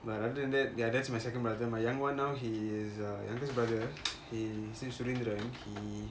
but other than that ya that's my second brother my young one now he is err youngest brother he seems during the during